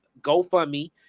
GoFundMe